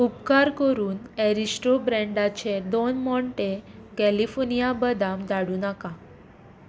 उपकार करून अरिस्टो ब्रॅन्डाचे डॉन माँटे कॅलिफोर्निया बदाम धाडूं नाका